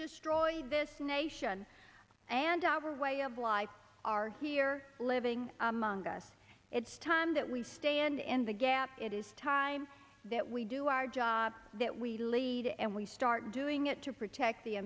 destroy this nation and our way of life are here living among us it's time that we stand in the gap it is time that we do our job that we lead and we start doing it to protect the